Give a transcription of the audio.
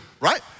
right